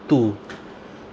two